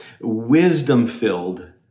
wisdom-filled